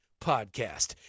podcast